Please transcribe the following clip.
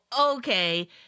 okay